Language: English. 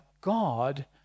God